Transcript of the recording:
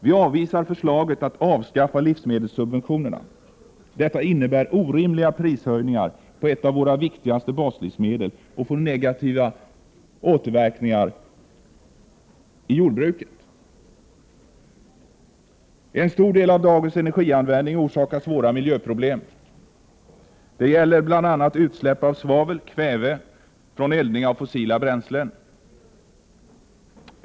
Vi avvisar förslaget om att avskaffa livsmedelssubventionerna. Förslaget innebär orimliga prishöjningar på ett av våra viktigaste baslivsmedel och får också negativa återverkningar på jordbruket. En stor del av dagens energianvändning orsakar svåra miljöproblem. Det gäller bl.a. utsläpp av svavel och kväve från eldning av fossila bränslen.